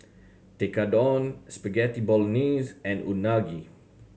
Tekkadon Spaghetti Bolognese and Unagi